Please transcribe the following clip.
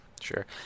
Sure